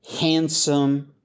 handsome